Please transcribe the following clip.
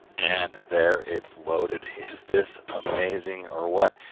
and there it's loaded. is this amazing or what?